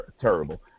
Terrible